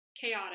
chaotic